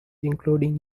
including